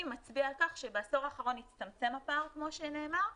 מצביע על כך שבעשור האחרון הצטמצם הפער כמו שנאמר,